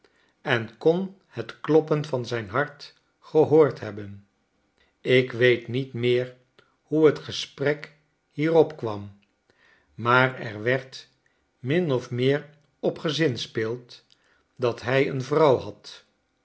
en kon het kloppen van zijn hart gehoord hebben ikweet niet meer hoe het gesprekhieropkwam maar er werd min of meer op gezinspeeld dat hij een vrouw had